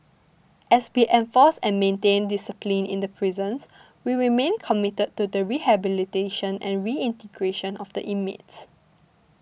as we enforced and maintained discipline in the prisons we remain committed to the rehabilitation and reintegration of the inmates